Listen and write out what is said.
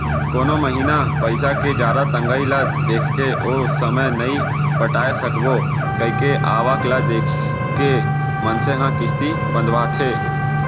कोनो महिना पइसा के जादा तंगई ल देखके ओ समे नइ पटाय सकबो कइके आवक ल देख के मनसे ह किस्ती बंधवाथे